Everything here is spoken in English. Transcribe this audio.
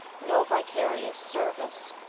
no vicarious service.